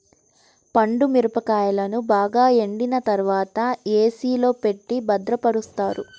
పండు మిరపకాయలను బాగా ఎండిన తర్వాత ఏ.సీ లో పెట్టి భద్రపరుస్తారు